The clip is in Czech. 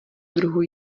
druhu